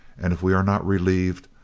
and if we are not relieved,